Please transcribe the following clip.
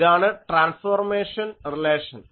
ഇതാണ് transformation relation